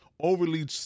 overly